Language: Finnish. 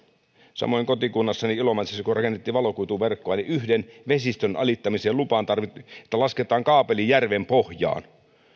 samoin kotikunnassani ilomantsissa kun rakennettiin valokuituverkkoa lupahakemukset yhden vesistön alittamiseen siihen että lasketaan kaapeli järvenpohjaan